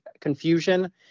confusion